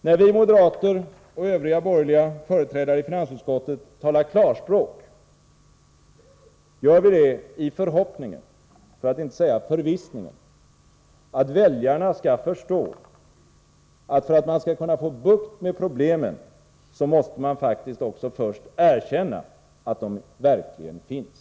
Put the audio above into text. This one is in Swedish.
När vi moderater och övriga borgerliga företrädare i finansut skottet talar klarspråk, gör vi det i förhoppningen — för att inte säga förvissningen -— att väljarna skall förstå att för att man skall kunna få bukt med problemen måste man faktiskt först erkänna att de verkligen finns.